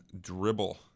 dribble